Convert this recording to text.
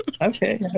Okay